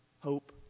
Hope